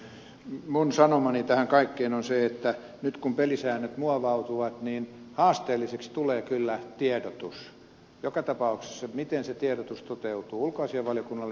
minun sanomani tähän kaikkeen on se että nyt kun pelisäännöt muovautuvat niin haasteelliseksi tulee kyllä tiedotus joka tapauksessa se miten tiedotus ulkoasiainvaliokunnalle toteutuu jatkossa